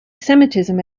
semitism